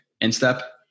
instep